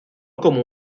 como